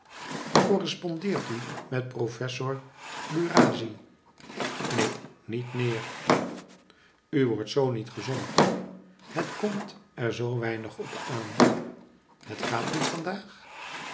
correspondeert u met professor lurazzi neen niet meer u wordt zoo niet gezond het komt er zoo weinig op aan het gaat niet